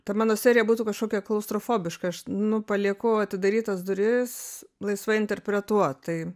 ta mano serija būtų kažkokia klaustrofobiška aš nu palieku atidarytas duris laisvai interpretuot tai